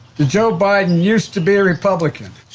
did joe biden used to be a republican.